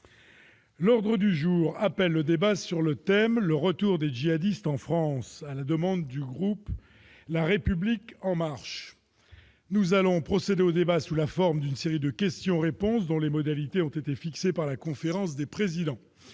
L'ordre du jour appelle le débat sur le thème :« Le retour des djihadistes en France », organisé à la demande du groupe La République En Marche. Nous allons procéder au débat sous la forme d'une série de questions-réponses dont les modalités ont été fixées par la conférence des présidents.